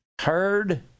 heard